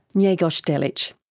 ngegos delic.